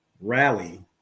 rally